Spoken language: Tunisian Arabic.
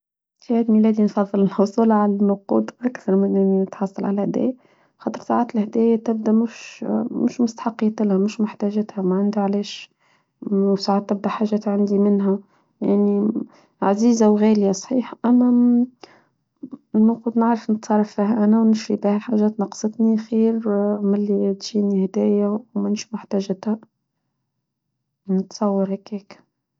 في عيد ميلادي نفضل الحصول على النقود أكثر من نحوصولها على الهدايا خاطر ساعات الهدايا تبدأ مش مستحقية لها مش محتاجتها ما عندها علاش وساعات تبدأ حاجات عندي منها يعني عزيزة وغالية صحيح أنا نقود نعرف نتصرف فيها أنا ونشربها حاجات نقصتني خير ماللي تجيني هدايا ومنش محتاجتها نتصور هيك هيك.